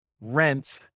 rent